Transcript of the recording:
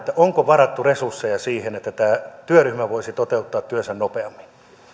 onko varattu resursseja siihen että tämä työryhmä voisi toteuttaa työnsä nopeammin